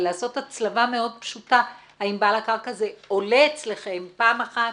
ולעשות הצלבה מאוד פשוטה האם בעל הקרקע זה עולה אצלכם פעם אחת,